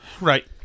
Right